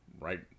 Right